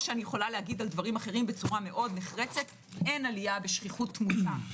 לומר: אין עלייה בשכיחות תמותה.